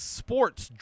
sports